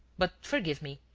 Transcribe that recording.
but forgive me,